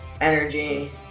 energy